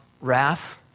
wrath